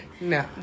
No